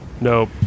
Nope